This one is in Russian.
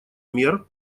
мер